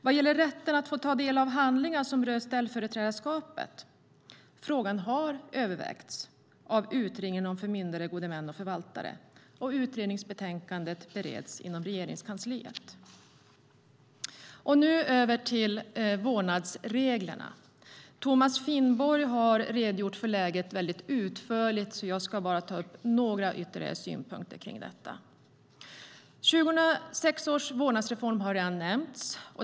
Vad gäller rätten att ta del av handlingar som rör ställföreträdarskapet har frågan övervägts av Utredningen om förmyndare, gode män och förvaltare. Och utredningsbetänkandet bereds inom Regeringskansliet. Nu ska jag gå över till vårdnadsreglerna. Thomas Finnborg har utförligt redogjort för läget. Jag ska bara ta upp några ytterligare synpunkter på detta. 2006 års vårdnadsreform har redan nämnts.